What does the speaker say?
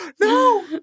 no